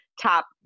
top